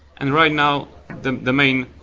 and right now the the main